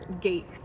gate